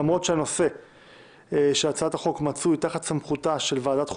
למרות שהצעת החוק מצויה תחת סמכותה של ועדת החוקה,